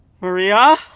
Maria